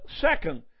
second